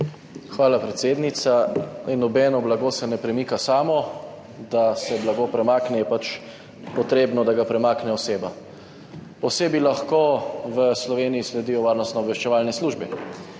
Hvala, predsednica. Nobeno blago se ne premika samo. Da se blago premakne, je potrebno, da ga premakne oseba. Osebi lahko v Sloveniji sledijo varnostno-obveščevalne službe,